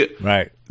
Right